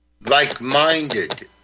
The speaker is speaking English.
like-minded